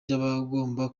cy’abagomba